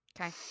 Okay